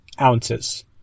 ounces